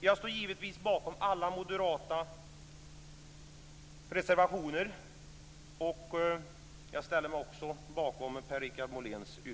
Jag står givetvis bakom alla moderata reservationer, och jag ställer mig också bakom Per